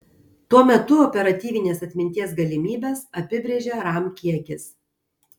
tuo metu operatyvinės atminties galimybes apibrėžia ram kiekis